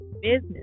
business